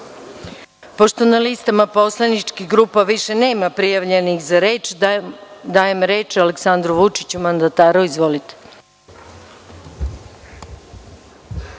Pošto na listama poslaničkih grupa više nema prijavljenih za reč, dajem reč mandataru Aleksandru Vučiću. Izvolite.